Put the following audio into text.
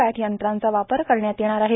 पॅट यंत्राचा वापर करण्यात येणार आहे